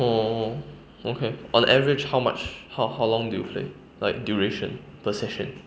oh okay on average how much how how long do you play like duration per session